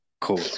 Cool